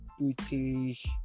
British